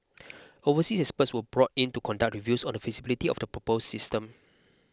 overseas experts were brought in to conduct reviews on the feasibility of the proposed system